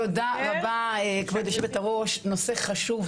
תודה רבה כבוד יושבת-הראש, נושא חשוב.